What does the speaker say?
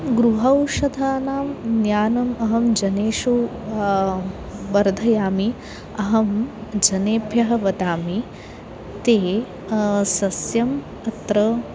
गृहौषधानां ज्ञानम् अहं जनेषु वर्धयामि अहं जनेभ्यः वदामि ते सस्यम् अत्र